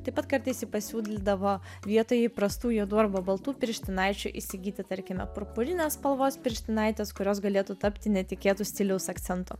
taip pat kartais ji pasiūlydavo vietoj įprastų juodų arba baltų pirštinaičių įsigyti tarkime purpurinės spalvos pirštinaites kurios galėtų tapti netikėtu stiliaus akcentu